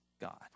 God